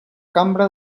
cambra